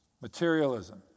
Materialism